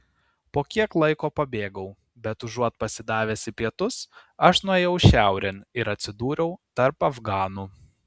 po kiek laiko pabėgau bet užuot pasidavęs į pietus aš nuėjau šiaurėn ir atsidūriau tarp afganų